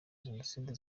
jenoside